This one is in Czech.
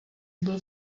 byl